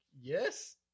Yes